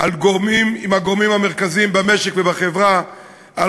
עם הגורמים המרכזיים במשק ובחברה על